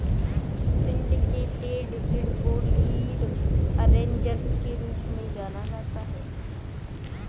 syndicated ऋण को lead arrangers के रूप में जाना जाता है